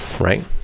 Right